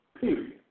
Period